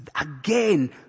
again